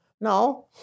No